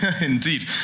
Indeed